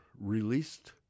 released